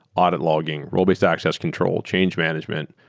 audit logging, role-based access control, change management,